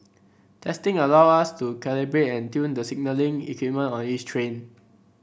testing allow us to calibrate and tune the signalling equipment on each train